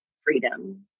freedom